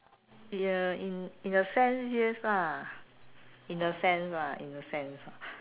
ya in in a sense yes lah in a sense lah in a sense